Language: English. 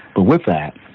but with that,